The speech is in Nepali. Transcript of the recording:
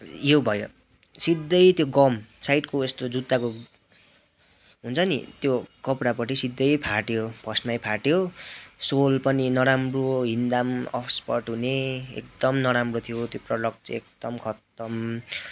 यो भयो सिधै त्यो गम साइडको यस्तो जुत्ताको हुन्छ नि त्यो कपडापट्टि सिधै फाट्यो फर्स्टमै फाट्यो सोल पनि नराम्रो हिँड्दा पनि असपट हुने एकदम नराम्रो थियो त्यो प्रडक्ट चाहिँ एकदम खत्तम